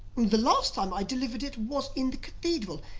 the last time i delivered it was in the cathedral,